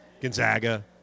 gonzaga